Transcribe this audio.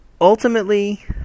ultimately